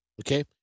Okay